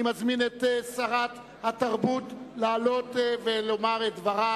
אני מזמין את שרת התרבות לעלות ולומר את דברה